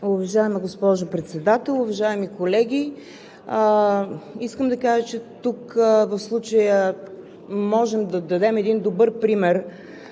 Уважаема госпожо Председател, уважаеми колеги! Искам да кажа, че в случая можем да дадем добър пример